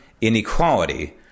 inequality